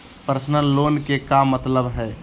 Personal loan के का मतलब हई?